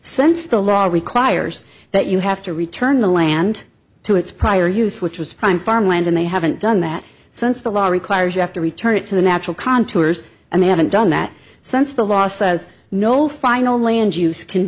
since the law requires that you have to return the land to its prior use which was prime farmland and they haven't done that since the law requires you have to return it to the natural contours and they haven't done that since the law says no final land use can